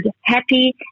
happy